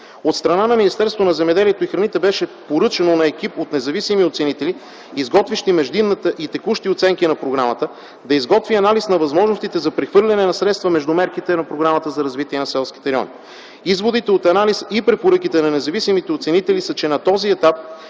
От страна на Министерството на земеделието и храните беше поръчано на екип от независими оценители, изготвящи междинната и текущи оценки на програмата, да изготви анализ на възможностите за прехвърляне на средства между мерките на Програмата за развитие на селските райони. Изводите от анализа и препоръките на независимите оценители са, че на този етап